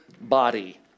body